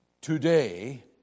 today